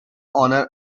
owner